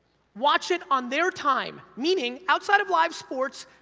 watch it on their time? meaning, outside of live sports,